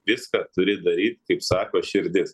viską turi daryt kaip sako širdis